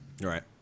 right